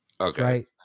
okay